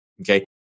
Okay